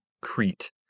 Crete